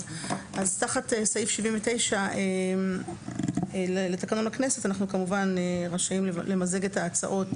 תחת סעיף 79 לתקנון הכנסת אנחנו כמובן רשאים למזג את ההצעות,